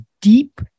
deep